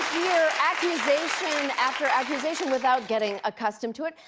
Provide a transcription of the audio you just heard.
hear accusation after accusation without getting accustomed to it.